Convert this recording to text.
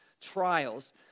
trials